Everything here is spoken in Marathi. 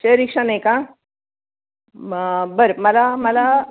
शेअर रिक्षा नाही का मग बरं मला मला